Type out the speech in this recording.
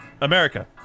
America